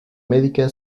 médica